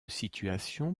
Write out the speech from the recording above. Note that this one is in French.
situation